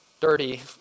dirty